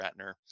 Ratner